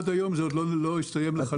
עד היום זה עוד לא הסתיים לחלוטין.